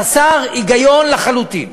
חסר היגיון לחלוטין.